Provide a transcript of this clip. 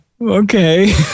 okay